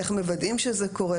איך מוודאים שזה קורה,